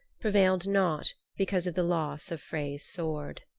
prevailed not because of the loss of frey's sword.